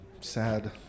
Sad